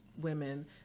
women